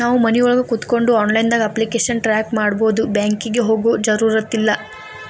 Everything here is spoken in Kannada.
ನಾವು ಮನಿಒಳಗ ಕೋತ್ಕೊಂಡು ಆನ್ಲೈದಾಗ ಅಪ್ಲಿಕೆಶನ್ ಟ್ರಾಕ್ ಮಾಡ್ಬೊದು ಬ್ಯಾಂಕಿಗೆ ಹೋಗೊ ಜರುರತಿಲ್ಲಾ